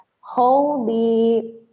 holy